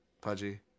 Pudgy